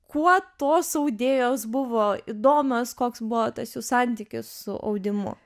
kuo tos audėjos buvo įdomios koks buvo tas jų santykis su audimu